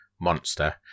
monster